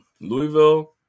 Louisville